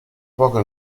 poco